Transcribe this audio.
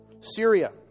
Syria